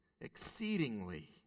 exceedingly